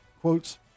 quotes